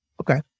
Okay